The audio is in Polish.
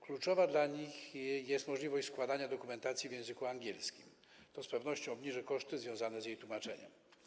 Kluczowa dla nich jest możliwość składania dokumentacji w języku angielskim, co z pewnością obniży koszty związane z jej tłumaczeniem.